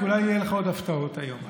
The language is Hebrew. כי אולי עוד יהיו לך הפתעות היום.